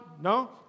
No